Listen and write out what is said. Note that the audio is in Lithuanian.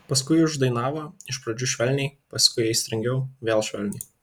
paskui uždainavo iš pradžių švelniai paskui aistringiau vėl švelniai